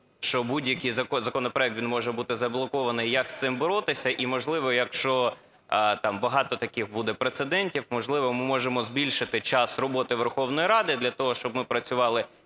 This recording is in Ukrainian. що будь-який законопроект, він може бути заблокований, як з цим боротися. І, можливо, якщо там багато таких буде прецедентів, можливо, ми можемо збільшити час роботи Верховної Ради для того, щоб ми працювали